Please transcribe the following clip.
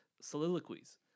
soliloquies